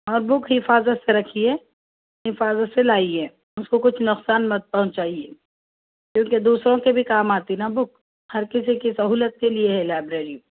اور بک حفاظت سے رکھیے حفاظت سے لائیے اس کو کچھ نقصان مت پہنچائیے کیونکہ دوسروں کے بھی کام آتی نا بک ہر کسی کی سہولت کے لیے ہے لائبریری